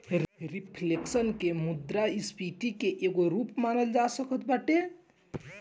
reflection के मुद्रास्फीति के एगो रूप मानल जा सकत बाटे